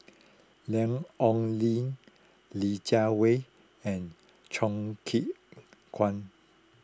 Lan Ong Li Li Jiawei and Choo Keng Kwang